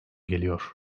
geliyor